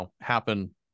happen